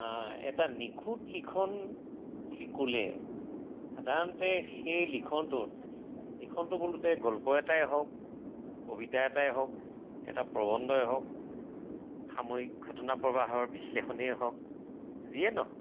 এটা নিখুঁত লিখন বুলি ক'লে সাধাৰণতে সেই লিখনটোত লিখনটো বোলোতে গল্প এটাই হওক কবিতা এটাই হওক এটা প্ৰবন্ধই হওক সাময়িক ঘটনা প্ৰবাহৰ বিশ্লেষণেই হওক যিয়ে নহওক